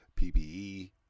PPE